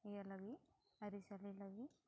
ᱤᱭᱟᱹ ᱞᱟᱹᱜᱤᱫ ᱟᱹᱨᱤ ᱪᱟᱹᱞᱤ ᱞᱟᱹᱜᱤᱫ